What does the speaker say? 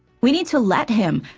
we need to let him,